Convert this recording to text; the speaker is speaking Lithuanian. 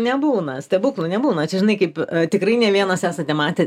nebūna stebuklų nebūna čia žinai kaip tikrai ne vienas esate matę